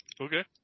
Okay